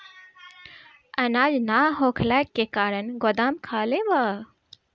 अनाज ना होखला के कारण गोदाम खाली बा